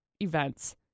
events